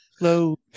low